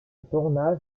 tournage